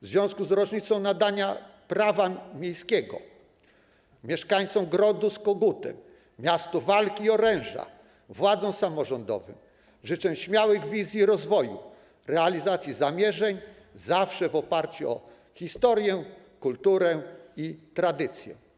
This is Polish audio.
W związku z rocznicą nadania prawa miejskiego mieszkańcom grodu z kogutem, miastu walki i oręża, życzę władzom samorządowym śmiałych wizji rozwoju, realizacji zamierzeń zawsze w oparciu o historię, kulturę i tradycję.